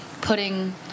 putting